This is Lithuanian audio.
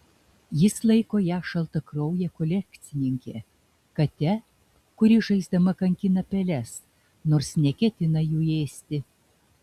jis laiko ją šaltakrauje kolekcininke kate kuri žaisdama kankina peles nors neketina jų ėsti